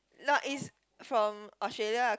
no is from Australia ah